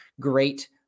great